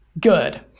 good